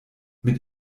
mit